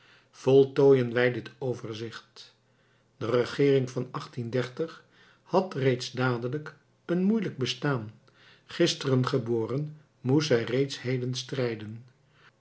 voltooien wij dit overzicht de regeering van had reeds dadelijk een moeielijk bestaan gisteren geboren moest zij reeds heden strijden